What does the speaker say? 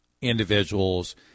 individuals